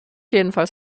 jedenfalls